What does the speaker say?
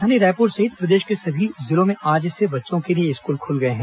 राजधानी रायपुर सहित प्रदेश के सभी जिलों में आज से बच्चों के लिए स्कूल खुल गए हैं